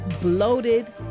bloated